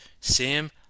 Sam